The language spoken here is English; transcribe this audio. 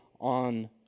on